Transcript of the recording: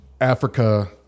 Africa